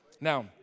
Now